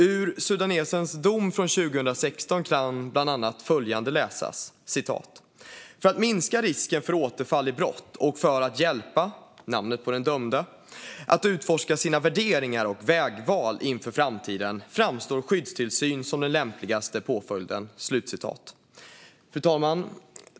Ur sudanesens dom från 2016 kan bland annat följande läsas: "För att minska risken för återfall i brott och för att hjälpa" - här nämns namnet på den dömde - "att utforska sina värderingar och vägval inför framtiden framstår skyddstillsyn som den lämpligaste påföljden." Fru talman!